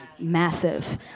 massive